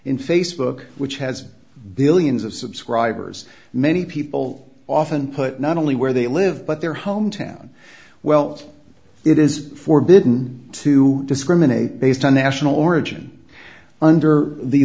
in facebook which has billions of subscribers many people often put not only where they live but their home town well it is forbidden to discriminate based on national origin under the